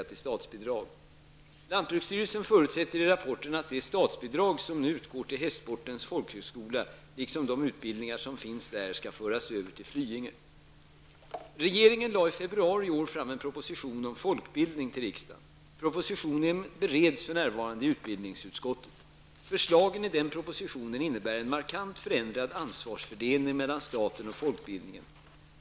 Lantbruksstyrelsen förutsätter i rapporten att det statsbidrag som nu utgår till Hästsportens folkhögskola liksom de utbildningar som finns där skall föras över till Flyinge. Regeringen lade i februari i år fram en proposition om folkbildning till riksdagen. Propositionen bereds för närvarande i utbildningsutskottet. Förslagen i denna proposition innebär en markant förändrad ansvarsfördelning mellan staten och folkbildningen.